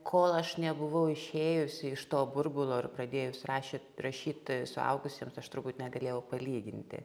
kol aš nebuvau išėjusi iš to burbulo ir pradėjus rašyt rašyt suaugusiems aš turbūt negalėjau palyginti